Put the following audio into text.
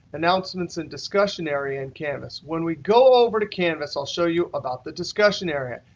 announcements and discussion area in canvas. when we go over to canvas, i'll show you about the discussion area.